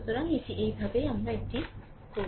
সুতরাং এটি এইভাবেই আমরা এটি করি